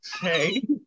hey